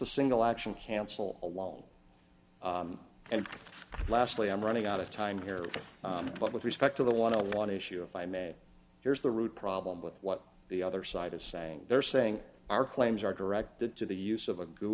the single action cancel alone and lastly i'm running out of time here but with respect to the want to one issue if i may here's the root problem with what the other side is saying they're saying our claims are directed to the use of a goo